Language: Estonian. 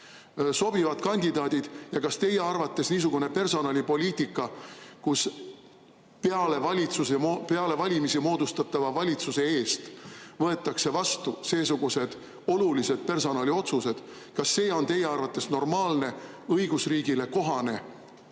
sobivad kandidaadid. Kas teie arvates niisugune personalipoliitika, kus peale valimisi moodustatava valitsuse eest võetakse vastu seesugused olulised personaliotsused, on normaalne, õigusriigile kohane